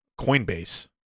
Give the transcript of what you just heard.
Coinbase